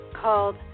called